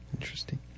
Interesting